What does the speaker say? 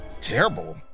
terrible